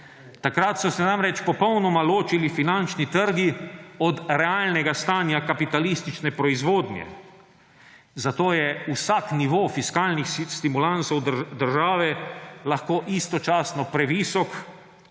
Takrat so se namreč popolnoma ločili finančni trgi od realnega stanja kapitalistične proizvodnje, zato je vsak nivo fiskalnih stimulansov države lahko istočasno previsok